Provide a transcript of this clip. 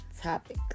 topic